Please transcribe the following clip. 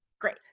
great